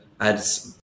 adds